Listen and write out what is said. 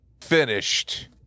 finished